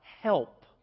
help